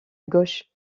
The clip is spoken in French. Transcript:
gauche